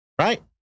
Right